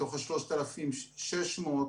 מתוך 3,600,